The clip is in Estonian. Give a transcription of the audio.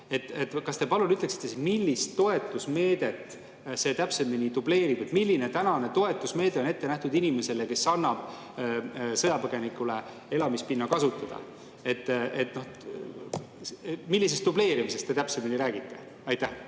Kas te, palun, ütleksite, millist toetusmeedet see täpsemini dubleerib, milline tänane toetusmeede on ette nähtud inimesele, kes annab sõjapõgenikule elamispinna kasutada? Millisest dubleerimisest te täpsemini räägite? Aitäh,